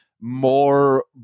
more